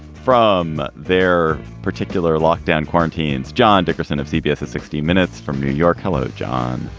from their particular lock down quarantine's john dickerson of cbs sixty minutes from new york. hello, john.